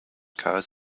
cars